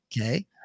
Okay